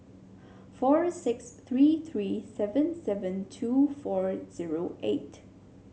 four six three three seven seven two four zero eight